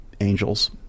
angels